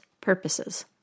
purposes